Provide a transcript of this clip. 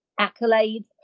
accolades